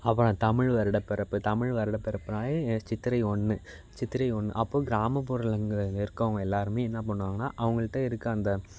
அப்புறம் தமிழ் வருடப் பிறப்பு தமிழ் வருடப் பிறப்புனாலே சித்திரை ஒன்று சித்திரை ஒன்று அப்போது கிராமப்புறங்களில் இருக்கறவங்க எல்லோருமே என்ன பண்ணுவாங்கன்னா அவங்கள்ட்ட இருக்க அந்த